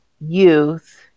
youth